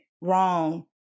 wrong